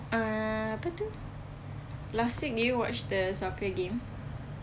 uh apa tu last week did you watch the soccer game